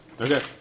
Okay